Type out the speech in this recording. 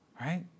Right